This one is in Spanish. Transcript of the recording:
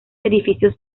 edificios